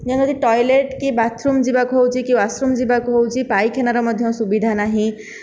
ଯେମିତିକି ଟୟଲେଟ କି ବାଥରୁମ ଯିବାକୁ ହେଉଛି କି ୱାସରୁମ ଯିବାକୁ ହେଉଛି ପାଇଖାନାର ମଧ୍ୟ ସୁବିଧା ନାହିଁ